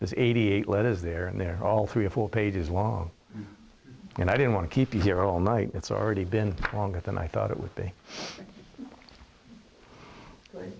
is eighty eight letters there and they're all three or four pages long and i don't want to keep you here all night it's already been longer than i thought it would be